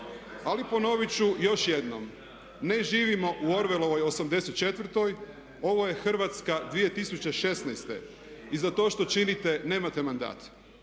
Ali ponoviti ću još jednom, ne živimo u Orwellovoj '84., ovo je Hrvatska 2016. i za to što činite nemate mandat.